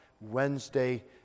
Wednesday